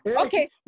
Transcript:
Okay